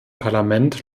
parlament